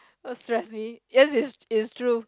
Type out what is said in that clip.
don't stress me because it's it's true